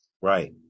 Right